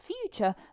future